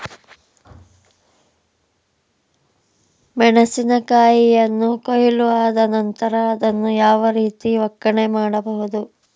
ಮೆಣಸಿನ ಕಾಯಿಯನ್ನು ಕೊಯ್ಲು ಆದ ನಂತರ ಅದನ್ನು ಯಾವ ರೀತಿ ಒಕ್ಕಣೆ ಮಾಡಬೇಕು?